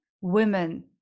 women